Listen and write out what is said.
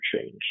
change